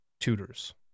tutors